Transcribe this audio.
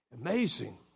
Amazing